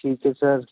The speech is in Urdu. ٹھیک ہے سر